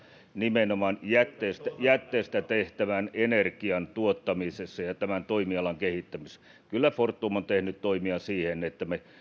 nimenomaan jätteistä jätteistä tehtävän energian tuottamisessa ja tämän toimialan kehittämisessä kyllä fortum on tehnyt toimia siihen että me